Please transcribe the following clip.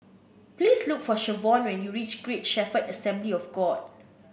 please look for Shavonne when you reach Great Shepherd Assembly of God